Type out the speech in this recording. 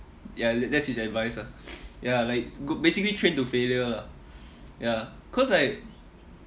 ya that's his advice ah ya like basically train to failure lah ya cause like